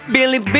Billy